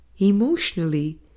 Emotionally